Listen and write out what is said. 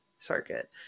circuit